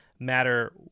Matter